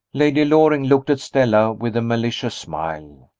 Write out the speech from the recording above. lady loring looked at stella with a malicious smile.